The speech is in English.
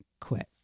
quit